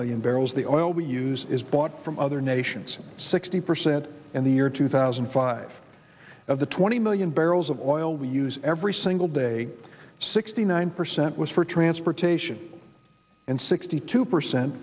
million barrels the oil we use is bought from other nations sixty percent in the year two thousand and five of the twenty million barrels of oil we use every single day sixty nine percent was for transportation and sixty two percent